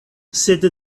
sed